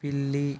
పిల్లి